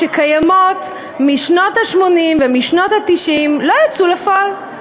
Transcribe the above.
שקיימות משנות ה-80 ומשנות ה-90 לא יצאו לפועל.